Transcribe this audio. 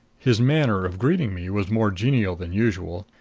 his manner of greeting me was more genial than usual.